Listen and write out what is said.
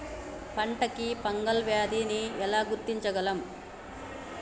పంట కి ఫంగల్ వ్యాధి ని ఎలా గుర్తించగలం?